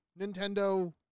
Nintendo